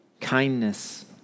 kindness